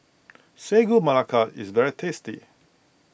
Sagu Melaka is very tasty